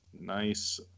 Nice